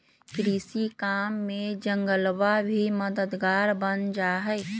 कृषि काम में जंगलवा भी मददगार बन जाहई